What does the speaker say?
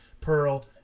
Pearl